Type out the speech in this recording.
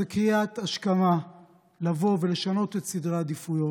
הם קריאת השכמה לבוא ולשנות את סדרי העדיפויות,